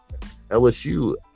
LSU